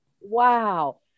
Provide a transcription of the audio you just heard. Wow